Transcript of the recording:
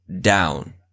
down